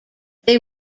they